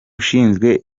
ushinzwe